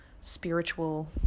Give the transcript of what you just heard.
spiritual